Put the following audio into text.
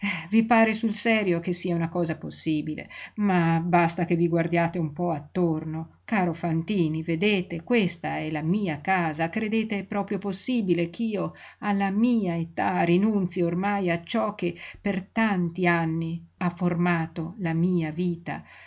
i pare sul serio che sia una cosa possibile ma basta che vi guardiate un po attorno caro fantini vedete questa è la mia casa credete proprio possibile ch'io alla mia età rinunzii ormai a ciò che per tanti anni ha formato la mia vita